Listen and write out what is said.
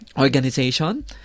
organization